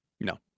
No